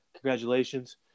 congratulations